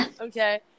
Okay